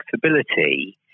flexibility